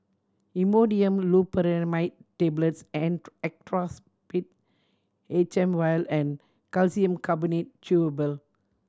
Imodium Loperamide Tablets and Actrapid H M Vial and Calcium Carbonate Chewable